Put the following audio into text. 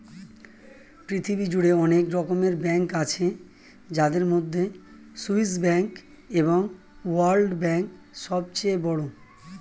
পৃথিবী জুড়ে অনেক রকমের ব্যাঙ্ক আছে যাদের মধ্যে সুইস ব্যাঙ্ক এবং ওয়ার্ল্ড ব্যাঙ্ক সবচেয়ে বড়